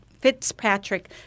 Fitzpatrick